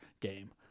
game